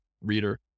reader